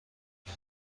اون